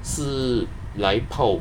是来泡